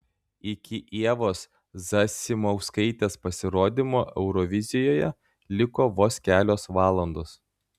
iki ievos zasimauskaitės pasirodymo eurovizijoje liko vos kelios valandos